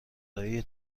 های